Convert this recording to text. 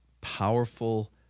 powerful